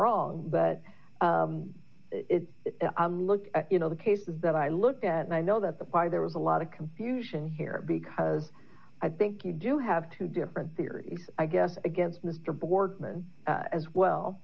wrong but look you know the cases that i looked at and i know that the pi there was a lot of confusion here because i think you do have two different theories i guess against mr boardman as well